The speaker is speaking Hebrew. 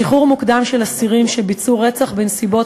שחרור מוקדם של אסירים שביצעו רצח בנסיבות